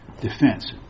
defense